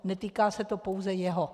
Netýká se to pouze jeho.